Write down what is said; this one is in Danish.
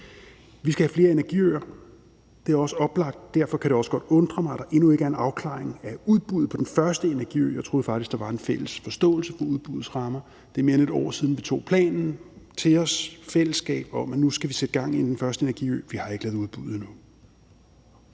Vi skal have flere energiøer, det er også oplagt, og derfor kan det også godt undre mig, at der endnu ikke er en afklaring af udbuddet på den første energiø. Jeg troede faktisk, der var en fælles forståelse af udbuddets rammer. Det er mere end et år siden, vi i fællesskab tog planen til os om, at vi nu skal sætte gang i den første energiø, men vi har ikke lavet udbuddet endnu.